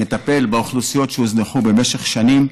לטפל באוכלוסיות שהוזנחו במשך שנים,